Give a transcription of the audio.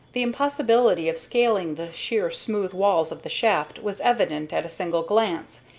the impossibility of scaling the sheer, smooth walls of the shaft was evident at a single glance,